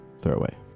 throwaway